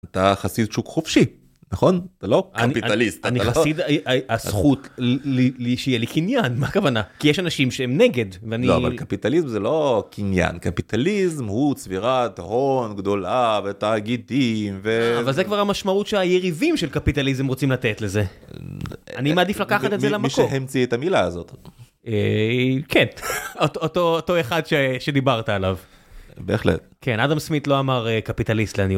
אתה חסיד שוק חופשי נכון אתה לא קפיטליסט נכון? אני חסיד הזכות ל שיהיה לי קניין מה הכוונה כי יש אנשים שהם נגד ואני לא אבל קפיטליסט זה לא קניין קפיטליזם הוא צבירת הון גדולה ותאגידים וזה כבר המשמעות שהיריבים של קפיטליזם רוצים לתת לזה. אני מעדיף לקחת את זה למקום, מי שהמציא את המילה הזאת. כן אותו אותו אחד שדיברת עליו. כן אדם סמית לא אמר קפיטליסט לעניות